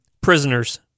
Prisoners